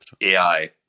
AI